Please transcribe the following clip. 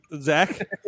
Zach